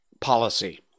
policy